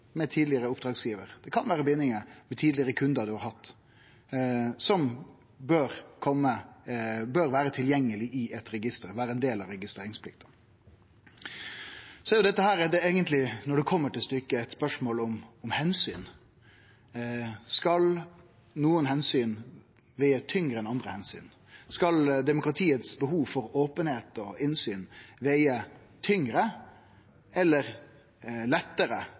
tidlegare oppdragsgivarar og kundar ein har hatt, som bør vere tilgjengelege i eit register og vere ein del av registreringsplikta. Når det kjem til stykket, er jo dette eit spørsmål om omsyn: Skal nokre omsyn vege tyngre enn andre? Skal demokratiets behov for openheit og innsyn vege tyngre eller lettare